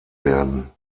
werden